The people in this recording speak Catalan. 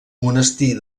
monestir